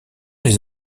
les